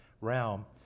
realm